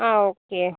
ആ ഓക്കെ